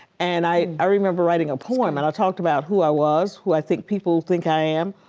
and i i remember writing a poem and i talked about who i was, who i think people think i am,